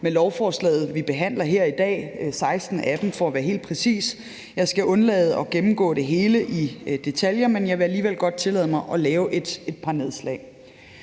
med lovforslaget, vi behandler her i dag – 16 af dem, for at være helt præcis. Jeg skal undlade at gennemgå det hele i detaljer, men jeg vil alligevel godt tillade mig at lave et par nedslag.